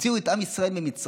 הוציאו את עם ישראל ממצרים,